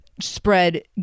spread